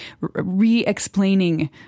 re-explaining